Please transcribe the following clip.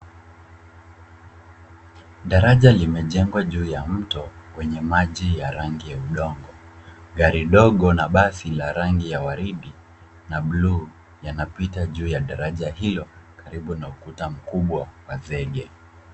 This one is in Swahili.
Daraja limejengwa juu ya mto wenye maji ya rangi ya udongo. Gari ndogo na basi la rangi ya waridi na blue yanapita juu ya daraja hilo , karibu na ukuta mkubwa wa zege.